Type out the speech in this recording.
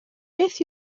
beth